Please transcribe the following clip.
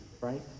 right